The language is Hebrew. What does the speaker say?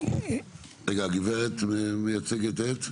הגברת מייצגת את?